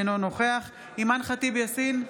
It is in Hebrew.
אינו נוכח אימאן ח'טיב יאסין,